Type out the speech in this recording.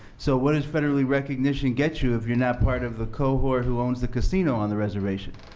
so what is federally recognition get you if you're not part of the cohort who owns the casino on the reservation?